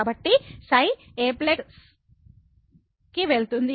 కాబట్టి ξ a కి వెళ్తుంది